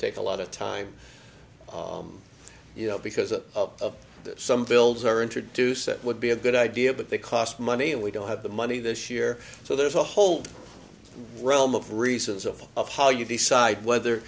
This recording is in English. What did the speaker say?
ake a lot of time you know because of that some fields are introduced that would be a good idea but they cost money and we don't have the money this year so there's a whole realm of reasons of of how you decide whether